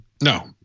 No